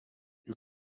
you